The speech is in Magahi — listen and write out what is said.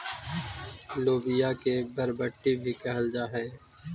लोबिया के बरबट्टी भी कहल जा हई